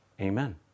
Amen